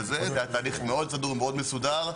וזה היה תהליך מאוד סדור ומאוד מסודר.